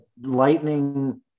Lightning